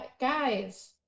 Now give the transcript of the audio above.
Guys